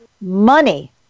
money